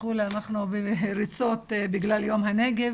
ותסלחו לי, אנחנו בריצות בגלל יום הנגב,